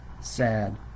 sad